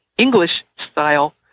English-style